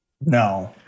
No